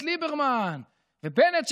איווט ליברמן ובנט,